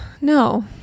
No